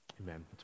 Amen